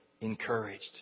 Encouraged